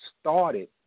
started